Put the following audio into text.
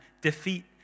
defeat